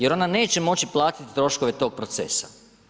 Jer ona neće moći platiti troškove tog procesa.